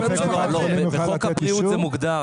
כבוד היושב ראש, בחוק זה מוגדר אחרת.